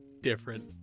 different